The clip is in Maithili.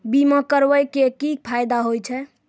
बीमा करबै के की फायदा होय छै?